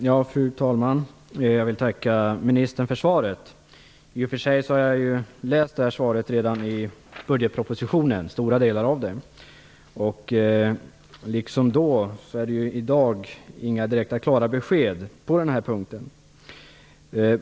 Fru talman! Jag vill tacka ministern för svaret. I och för sig har jag läst stora delar av detta redan i budgetpropositionen. Men varken då eller i dag ges några direkta och klara besked på den här punkten.